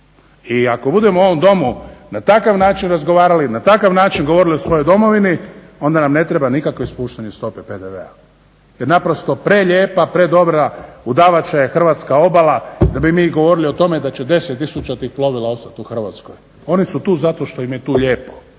I ako budemo u ovom Domu na takav način razgovarali, na takav način govorili o svojoj domovini, onda nam ne treba nikakve spuštanje stope PDV-a, jer naprosto prelijepa, predobra udavača je hrvatska obala da bi mi govorili o tome da će 10 tisuća tih plovila ostati u Hrvatskoj, oni su tu zato što im je tu lijepo,